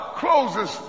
closes